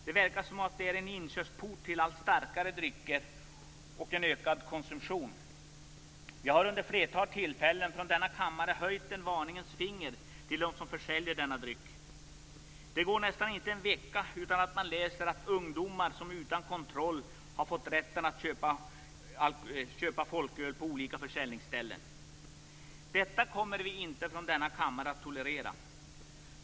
Det verkar som om det är en inkörsport till en ökad konsumtion och till allt starkare drycker. Vi har vid ett flertal tillfällen höjt ett varningens finger till dem som försäljer denna dryck. Det går nästan inte en vecka utan att man läser om ungdomar som har fått möjlighet att utan kontroll köpa folköl på olika försäljningsställen. Detta kommer vi inte att tolerera i denna kammare.